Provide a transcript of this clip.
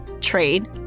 trade